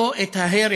לא את ההרג